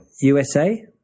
USA